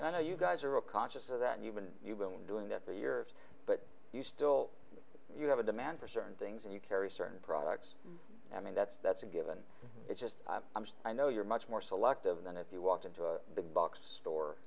and i know you guys are all conscious of that you've been you've been doing that for years but you still you have a demand for certain things and you carry certain products i mean that's that's a given it's just i know you're much more selective than if you walked into a big box store